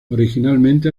originalmente